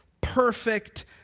perfect